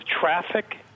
traffic